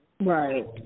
Right